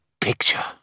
picture